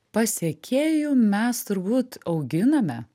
pasekėjų mes turbūt auginame